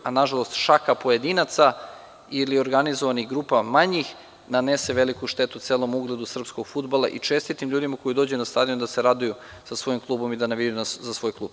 Nažalost, šaka pojedinaca ili manjih organizovanih grupa nanese veliku štetu celom ugledu srpskog fudbala i čestitim ljudima koji dođu na stadion da se raduju sa svojim klubom i da navijaju za svoj klub.